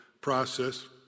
process